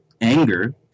Anger